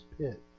pit